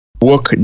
work